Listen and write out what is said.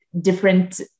different